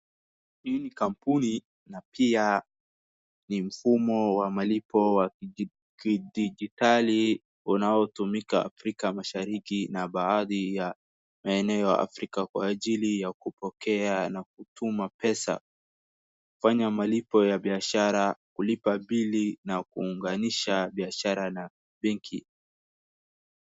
Hii ni kampuni, na pia ni mfumo wa malipo wa kidigitali unaotumika Afrika Mashariki na baadhi ya maeneo ya Afrika kwa ajili ya kupokea na kutuma pesa, kufanya malipo ya biashara, kulipa bili na kuunganisha biashara na benki.